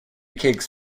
cakes